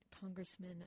Congressman